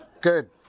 Good